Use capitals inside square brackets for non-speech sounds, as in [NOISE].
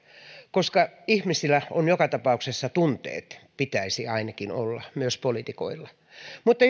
koska ihmisillä on joka tapauksessa tunteet pitäisi ainakin olla myös poliitikoilla mutta [UNINTELLIGIBLE]